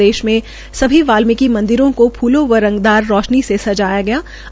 प्रदेश में सभी वाल्मीकी मंदिरों को फूलों और रंगदार रौशनी से सजाया गया है